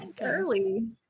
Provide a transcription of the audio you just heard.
Early